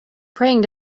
praying